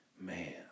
Man